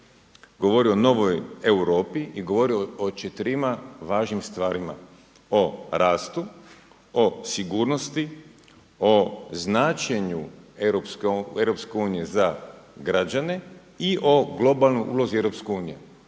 govorio o novoj Europi i govorio o četirima važnim stvarima, o rastu, o sigurnosti, o značenju Europske unije za građane i o globalnoj ulozi EU.